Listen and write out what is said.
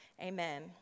Amen